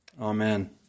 Amen